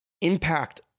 impact